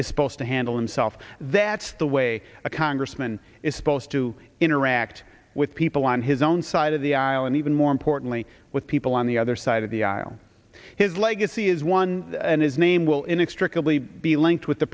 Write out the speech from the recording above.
is supposed to handle himself that's the way a congressman is supposed to interact with people on his own side of the aisle and even more importantly with people on the other side of the aisle his legacy is one and his name will inextricably be linked with the